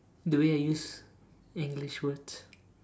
the way I use English words